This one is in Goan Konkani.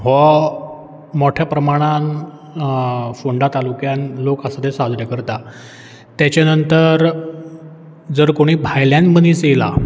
वो मोठ्या प्रमाणान फोंडा तालुक्यान लोक आसा ते साजरे करतात तेचे नंतर जर कोणीय भायल्यान मनीस येयला